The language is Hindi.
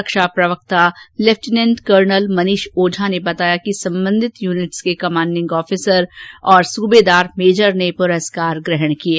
रक्षा प्रवक्ता लेपिफटनेंट कर्नल मनीष ओझाा ने बताया कि संबंधित यूनिट्स के कमांडिंग अफसर तथा सूबेदार मेजर ने पुरस्कार ग्रहण किये